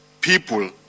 people